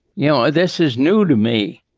you know, this is new to me.